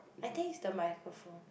I think is the microphone